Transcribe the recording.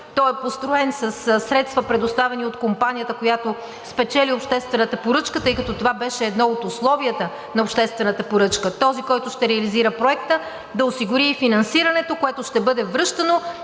Той е построен със средства, предоставени от компанията, която спечели обществената поръчка, тъй като това беше едно от условията на обществената поръчка – този, който ще реализира проекта, да осигури и финансирането, което ще бъде връщано